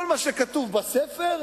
כל מה שכתוב בספר,